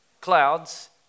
clouds